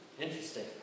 Interesting